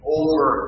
over